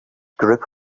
group